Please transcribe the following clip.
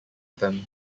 them